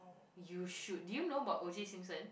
you should do you know what OJ-Simpson